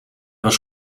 was